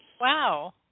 Wow